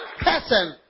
person